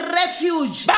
refuge